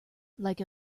like